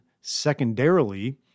secondarily